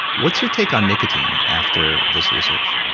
what's your take on nicotine after this research?